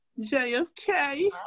JFK